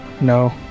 No